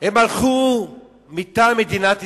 הלכו מטעם מדינת ישראל,